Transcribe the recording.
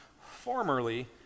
Formerly